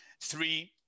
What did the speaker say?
Three